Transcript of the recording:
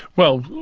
well,